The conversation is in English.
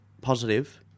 positive